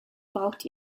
braucht